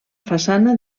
façana